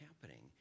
happening